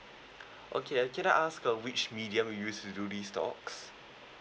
okay can I ask uh which medium you use you do these stocks